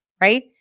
right